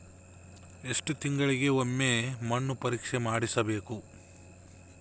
ಎಷ್ಟು ತಿಂಗಳಿಗೆ ಒಮ್ಮೆ ಮಣ್ಣು ಪರೇಕ್ಷೆ ಮಾಡಿಸಬೇಕು?